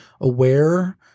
aware